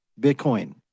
Bitcoin